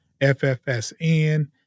FFSN